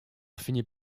finit